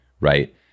right